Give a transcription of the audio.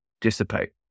dissipate